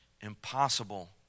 impossible